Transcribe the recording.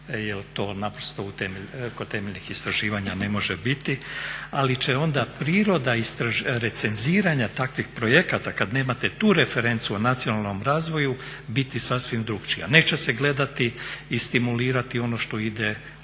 je li to naprosto kod temeljnih istraživanja ne može biti. Ali će onda priroda recenziranja takvih projekata kad nemate tu referencu o nacionalnom razvoju biti sasvim drukčija. Neće se gledati i stimulirati ono što ide prema